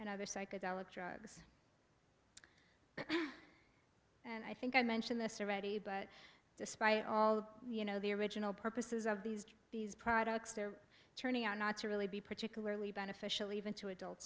and other psychedelic drugs and i think i mentioned this already but despite all of you know the original purposes of these do these products they're turning out not to really be particularly beneficial even to adult